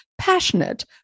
passionate